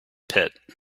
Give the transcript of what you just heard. pit